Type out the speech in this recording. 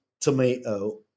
tomato